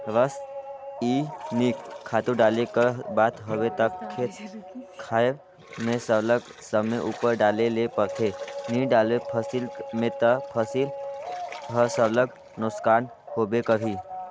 रसइनिक खातू डाले कर बात हवे ता खेत खाएर में सरलग समे उपर डाले ले परथे नी डालबे फसिल में ता फसिल हर सरलग नोसकान होबे करही